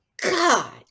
God